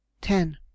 Ten